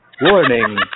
Warning